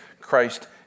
Christ